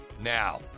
Now